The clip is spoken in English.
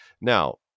now